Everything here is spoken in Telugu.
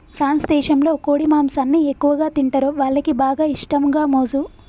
ఫ్రాన్స్ దేశంలో కోడి మాంసాన్ని ఎక్కువగా తింటరు, వాళ్లకి బాగా ఇష్టం గామోసు